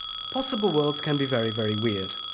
possible worlds can be very, very weird.